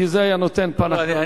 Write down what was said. כי זה היה נותן פן אחר לגמרי.